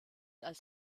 als